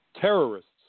Terrorists